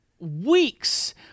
Weeks